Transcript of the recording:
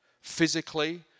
physically